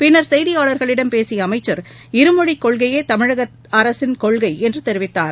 பின்னர் செய்தியாளர்களிடம் பேசிய அமைச்சர் இருமொழிக் கொள்கையே தமிழக அரசின் கொள்கை என்று தெரிவித்தார்